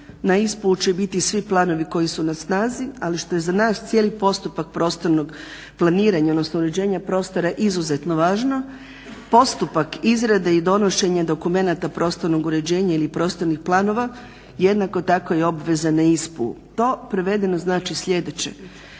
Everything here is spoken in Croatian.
na ISPU će biti svi planovi koji su na snazi ali što je za naš cijeli postupak prostornog planiranja, odnosno uređenja prostora izuzetno važno, postupak izrade i donošenje dokumenata prostornog uređenja ili prostornih planova jednako tako i obveza na ISPU. To prevedeno znači sljedeće.